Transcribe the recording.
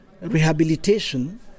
rehabilitation